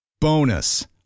Bonus